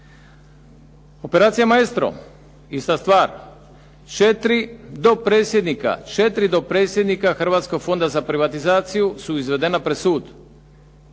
Operacija "Maestro" ista stvar. Četiri dopredsjednika Hrvatskog fonda za privatizaciju su izvedena pred sud.